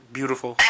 Beautiful